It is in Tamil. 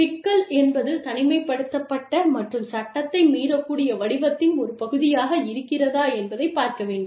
சிக்கல் என்பது தனிமைப்படுத்தப்பட்ட மற்றும் சட்டத்தை மீறக்கூடிய வடிவத்தின் ஒரு பகுதியாக இருக்கிறதா என்பதைப் பார்க்க வேண்டும்